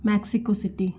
Mexico city